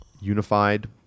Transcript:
unified